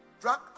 drug